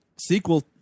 sequel